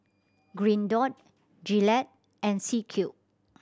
Green Dot Gillette and C Cube